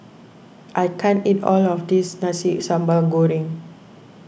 I can't eat all of this Nasi Sambal Goreng